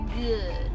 good